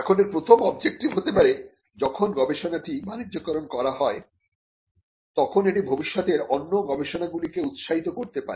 এখন এর প্রথম অবজেক্টিভ হতে পারে যখন গবেষণাটি বাণিজ্যকরণ করা হয় তখন এটি ভবিষ্যতের অন্য গবেষণা গুলি কে উৎসাহিত করতে পারে